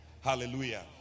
Hallelujah